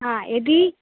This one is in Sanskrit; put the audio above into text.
हा यदि